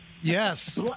Yes